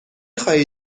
خواهی